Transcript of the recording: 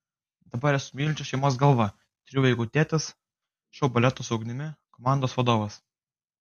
dabar esu mylinčios šeimos galva trijų vaikų tėtis šou baleto su ugnimi komandos vadovas